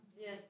Yes